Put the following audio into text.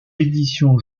éditions